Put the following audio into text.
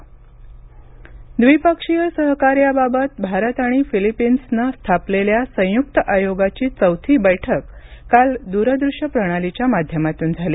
Bharat Philippines द्विपक्षीय सहकार्याबाबत भारत आणि फिलिपिन्सनं स्थापलेल्या संयुक्त आयोगाची चौथी बैठक काल दूर दृश्य प्रणालीच्या माध्यमातून झाली